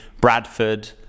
bradford